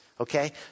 Okay